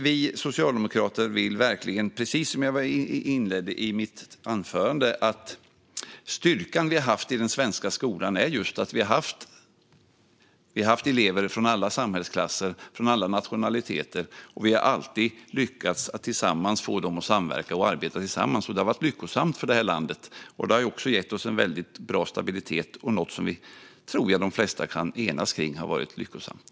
Vi socialdemokrater tycker verkligen, precis som jag inledde mitt anförande med, att styrkan i den svenska skolan är just att vi har haft elever från alla samhällsklasser och från alla nationaliteter. Vi har alltid lyckats få dem att samverka och arbeta tillsammans. Det har varit lyckosamt för det här landet. Det har också gett oss en väldigt bra stabilitet. Jag tror att de flesta av oss kan enas kring att det har varit lyckosamt.